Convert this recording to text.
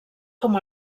com